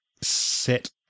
set